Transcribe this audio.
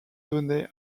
donnée